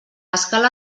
escala